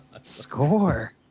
Score